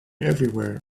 everywhere